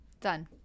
Done